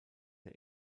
der